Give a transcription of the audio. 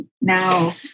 now